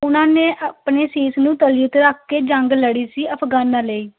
ਉਹਨਾਂ ਨੇ ਆਪਣੇ ਸੀਸ ਨੂੰ ਤਲੀ 'ਤੇ ਰੱਖ ਕੇ ਜੰਗ ਲੜੀ ਸੀ ਅਫ਼ਗਾਨਾ ਲਈ